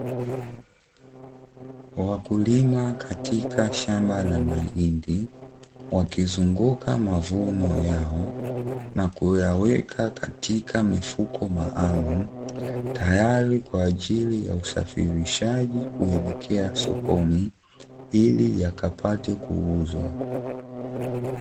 Wakulima katika shamba la mahindi wakizunguka mavuno yao na kuyaweka katika mifuko maalumu, tayari kwa ajili ya usafirishaji kuelekea sokoni ili yakapate kuuzwa.